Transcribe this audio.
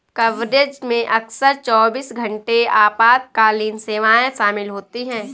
coverage में अक्सर चौबीस घंटे आपातकालीन सेवाएं शामिल होती हैं